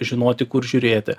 žinoti kur žiūrėti